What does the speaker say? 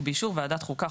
ובאישור ועדת החוקה,